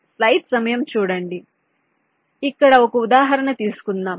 కాబట్టి ఇక్కడ ఒక ఉదాహరణ తీసుకుందాం